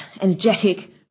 energetic